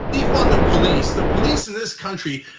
defund the police, the police in this country,